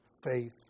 Faith